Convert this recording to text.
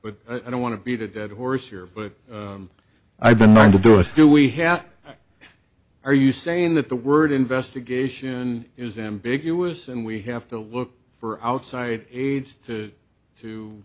but i don't want to beat a dead horse here but i've been trying to do is do we have are you saying that the word investigation is ambiguous and we have to look for outside aid to